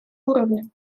уровне